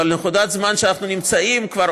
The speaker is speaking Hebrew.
בנקודת הזמן שאנחנו נמצאים בה,